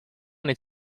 neid